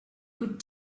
could